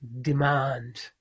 demand